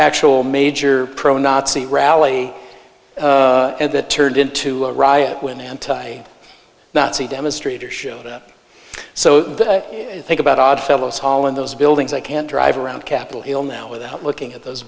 actual major pro nazi rally and it turned into a riot when anti nazi demonstrator showed up so that i think about oddfellows hall in those buildings i can drive around capitol hill now without looking at those